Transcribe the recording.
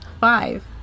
Five